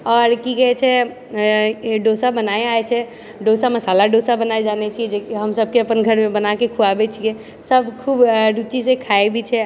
आओर की कहै छै ई डोसा बनाबय आबै छै डोसा मसाला डोसा बनाबय जानै छियै जे कि हम सबके अपन घरमे बनाके खुआबै छियै सब खूब रुचि से खाय भी छै